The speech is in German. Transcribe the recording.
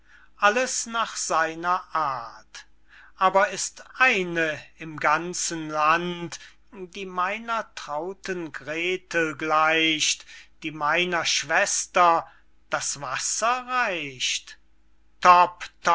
alles nach seiner art aber ist eine im ganzen land die meiner trauten gretel gleicht die meiner schwester das wasser reicht